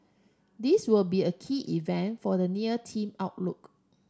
this will be a key event for the near team outlook